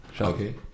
Okay